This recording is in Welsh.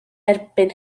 erbyn